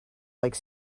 like